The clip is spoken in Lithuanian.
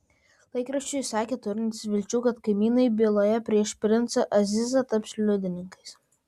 laikraščiui jis sakė turintis vilčių kad kaimynai byloje prieš princą azizą taps liudininkais